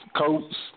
coats